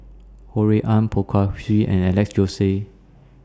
Ho Rui An Poh Kay Swee and Alex Josey